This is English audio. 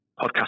podcast